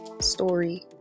story